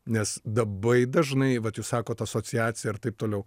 nes dabai dažnai vat jūs sakot asociacija ir taip toliau